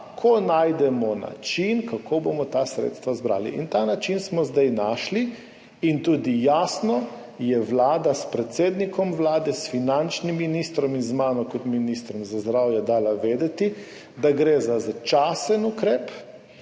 da ko najdemo način, kako bomo ta sredstva zbrali, in ta način smo zdaj našli, tudi Vlada s predsednikom Vlade, s finančnim ministrom in z mano kot ministrom za zdravje je dala jasno vedeti, da gre za začasen ukrep,